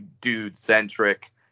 dude-centric